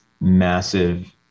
massive